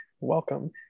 welcome